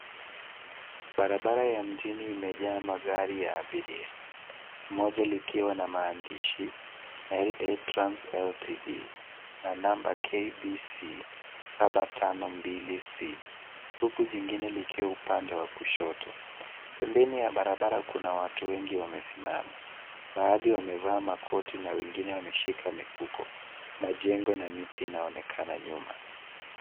Barabara ya mjini imejaa magari ya abiria mmoja likiwa na maandishi L.A TRANS LTD na namba KBC 752C huku jingine likiwa upande wa kushoto. pembeni ya barabara kuna watu wengi wamesimama baadhi wamevaa makoti na wengine wameshika mifuko. Majengo na miti inaonekana nyuma.